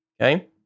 Okay